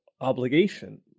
obligation